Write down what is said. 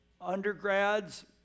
undergrads